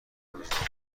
روزنامه